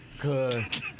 cause